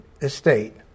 estate